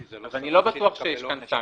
אני לא בטוח שיש כאן סנקציה.